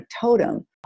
totem